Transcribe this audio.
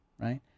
right